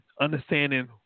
understanding